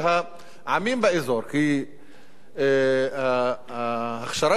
כי הכשרת הקרקע למתקפה באירן